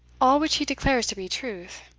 all which he declares to be truth,